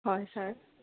হয় ছাৰ